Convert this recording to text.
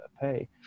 pay